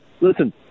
listen